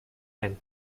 meant